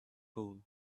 pole